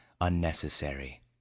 unnecessary